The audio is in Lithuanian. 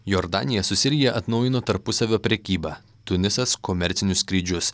jordanija su sirija atnaujino tarpusavio prekybą tunisas komercinius skrydžius